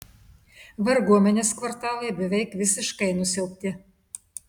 varguomenės kvartalai beveik visiškai nusiaubti